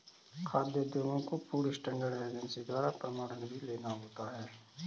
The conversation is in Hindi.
खाद्य उद्योगों को फूड स्टैंडर्ड एजेंसी द्वारा प्रमाणन भी लेना होता है